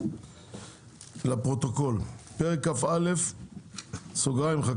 על סדר-היום: פרק כ"א (חקלאות),